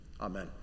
Amen